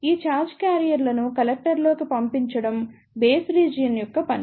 ఈ ఛార్జ్ క్యారియర్లను కలెక్టర్లోకి పంపించడం బేస్ రీజియన్ యొక్క పని